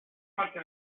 parte